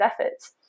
efforts